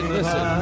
listen